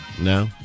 No